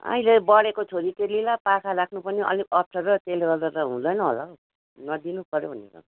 अहिले बढेको छोरी चेलीलाई पाखा राख्नु पनि अलिक अप्ठ्यारो त्यसले गर्दा त हुँदैन होला हौ नदिनु पऱ्यो भनेर